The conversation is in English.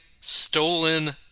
stolen